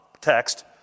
text